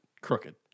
crooked